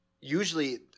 usually